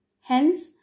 Hence